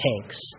tanks